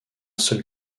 seul